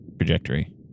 trajectory